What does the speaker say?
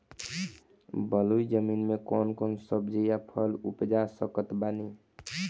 बलुई जमीन मे कौन कौन सब्जी या फल उपजा सकत बानी?